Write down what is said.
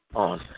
on